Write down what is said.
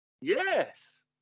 Yes